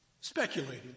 Speculated